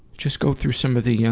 just go through some of the yeah